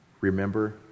Remember